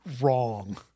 wrong